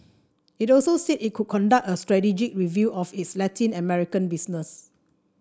it also said it would conduct a strategic review of its Latin American business